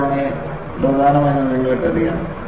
ഇതാണ് പ്രധാനമെന്ന് നിങ്ങൾക്കറിയാം